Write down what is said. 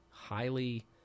Highly